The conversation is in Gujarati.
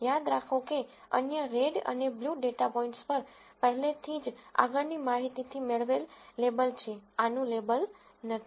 યાદ રાખો કે અન્ય રેડ અને બ્લુ ડેટા પોઇન્ટ્સ પર પહેલેથી જ આગળની માહિતીથી મેળવેલ લેબલ છે આનું લેબલ નથી